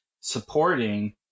supporting